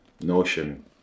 notion